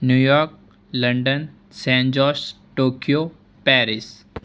New York London San Jose Tokyo Paris